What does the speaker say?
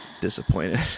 disappointed